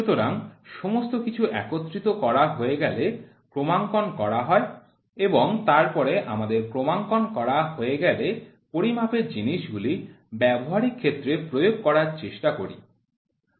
সুতরাং সমস্ত কিছু একত্রিত করা হয়ে গেলে ক্রমাঙ্কন করা হয় এবং তারপরে আমদের ক্রমাঙ্কন করা হয়ে গেলে পরিমাপের জিনিসগুলি ব্যবহারিক ক্ষেত্রে প্রয়োগ করার চেষ্টা করি